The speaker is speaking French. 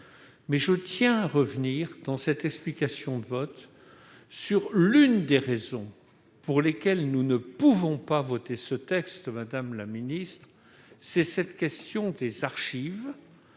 je tiens à revenir, dans cette explication de vote, sur l'une des raisons pour lesquelles nous ne pouvons pas voter ce texte, et qui porte sur la question des archives,